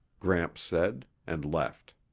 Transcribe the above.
gramps said, and left.